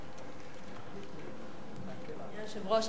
אדוני היושב-ראש,